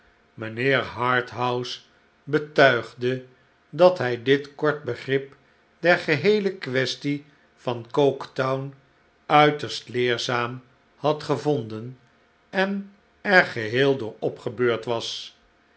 mijnheer harthouse betuigde dat hij dit kort begrip der geheele quaestie van goketown uiterst leerzaam had gevonden en er geheel door opgebeurd was